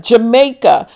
Jamaica